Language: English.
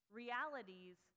realities